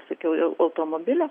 sakiau jau automobilio